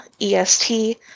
EST